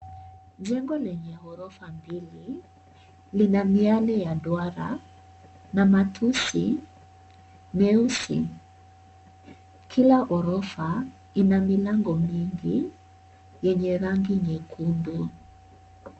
Jengo lenye ghorofa mbili lina miale ya duara na matusi meusi. Kila orofa ina milango mingi yenye rangi nyekundu.